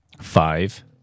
Five